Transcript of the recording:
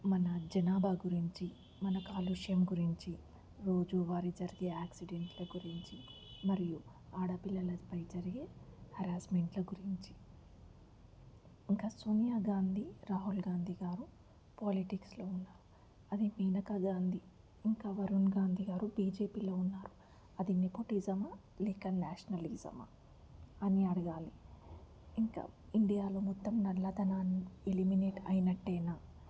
మన జనాభా గురించి మన కాలుష్యం గురించి రోజువారి జరిగే యాక్సిడెంట్ల గురించి మరియు ఆడపిల్లలపై జరిగే హరాస్మెంట్ల గురించి ఇంకా సోనియా గాంధీ రాహుల్ గాంధీ గారు పాలిటిక్స్లో ఉన్నారు అదే మేనకా గాంధీ ఇంకా వరుణ్ గాంధీ గారు బిజెపిలో ఉన్నారు అది నేపోటిజమా లేదా నేషనలిజమా అని అడగాలి ఇంకా ఇండియాలో మొత్తం నల్లధనాన్ని ఎలిమినేట్ అయినట్టేనా